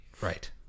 right